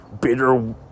bitter